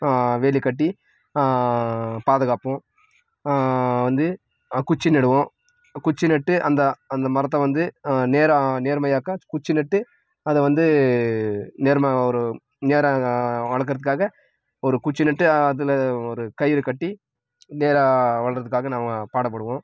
வேலிக்கட்டி பாதுகாப்போம் வந்து குச்சி நடுவோம் குச்சி நட்டு அந்த அந்த மரத்தை வந்து நேராக நேர்மையாக்க குச்சி நட்டு அதைவந்து நேர்ம ஒரு நேராக வளர்க்கறத்துக்காக ஒரு குச்சி நட்டு அதுல ஒரு கயிறுக்கட்டி நேராக வளர்கிறதுக்காக நாங்கள் பாடுபடுவோம்